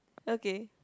okay